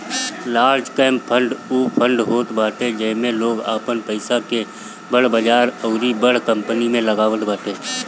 large cap fund उ fund होत बाटे जेमे लोग आपन पईसा के बड़ बजार अउरी बड़ कंपनी में लगावत बाटे